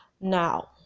now